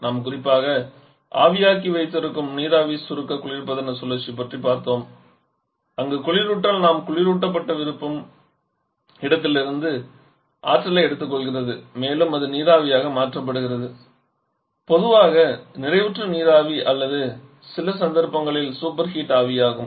நாம் குறிப்பாக ஆவியாக்கி வைத்திருக்கும் நீராவி சுருக்க குளிர்பதன சுழற்சியைப் பற்றி பார்த்தோம் அங்கு குளிரூட்டல் நாம் குளிரூட்டப்பட விரும்பும் இடத்திலிருந்து ஆற்றலை எடுத்துக்கொள்கிறது மேலும் அது நீராவியாக மாற்றப்படுகிறது பொதுவாக நிறைவுற்ற நீராவி அல்லது சில சந்தர்ப்பங்களில் சூப்பர் ஹீட் ஆவியாகும்